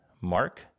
Mark